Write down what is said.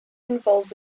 involved